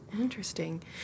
Interesting